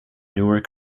newark